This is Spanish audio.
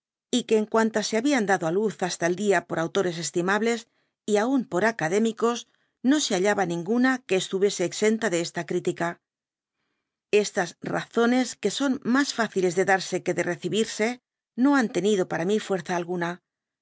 y que en cuantas se habian dado á luz hasta el día por autores estimables y aun por académicos no se hallaba ninguna que estuviese exalta de esta critica estas raeones que son mas fáciles de darse que de recibirse no han tenido para mí fuerza alguna